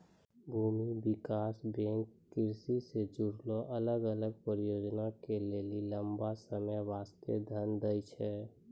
भूमि विकास बैंक कृषि से जुड़लो अलग अलग परियोजना के लेली लंबा समय बास्ते धन दै छै